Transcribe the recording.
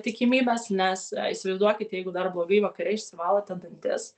tikimybės nes įsivaizduokit jeigu dar blogai vakare išsivalote dantis